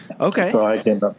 Okay